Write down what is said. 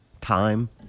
time